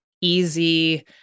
easy